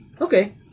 Okay